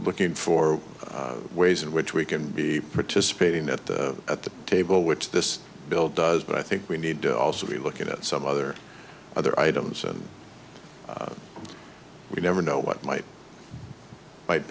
looking for ways in which we can be participating at the at the table which this bill does but i think we need to also be looking at some other other items and we never know what might might